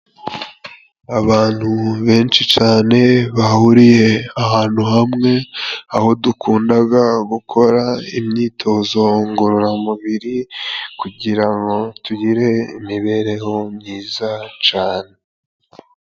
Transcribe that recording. Abantu benshi cane bahuriye ahantu hamwe, aho dukundaga gukora imyitozo ngororamubiri kugira ngo tugire imibereho myiza cane.